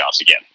again